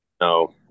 No